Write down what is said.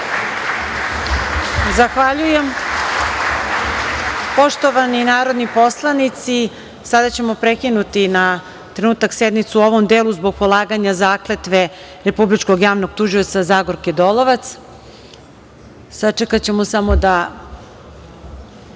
Zahvaljujem. Poštovani narodni poslanici, sada ćemo prekinuti na trenutak sednicu u ovom delu zbog polaganja zakletve Republičkog javnog tužioca Zagorke Dolovac. Sačekaćemo samo da